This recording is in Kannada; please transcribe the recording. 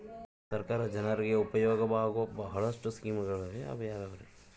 ಸರ್ಕಾರ ಜನರಿಗೆ ಉಪಯೋಗವಾಗೋ ಬಹಳಷ್ಟು ಸ್ಕೇಮುಗಳಿವೆ ಅವು ಯಾವ್ಯಾವ್ರಿ?